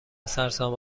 سرسام